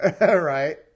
Right